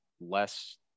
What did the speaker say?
Less